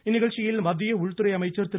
இந்நிகழ்ச்சியில் மத்திய உள்துறை அமைச்சர் திரு